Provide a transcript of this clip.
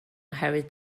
oherwydd